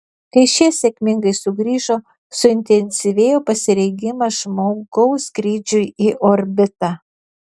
kai šie sėkmingai sugrįžo suintensyvėjo pasirengimas žmogaus skrydžiui į orbitą